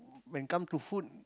when come to food